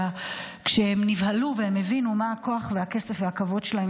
כשהם נבהלו והם הבינו מה הכוח והכסף והכבוד שלהם,